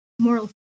moral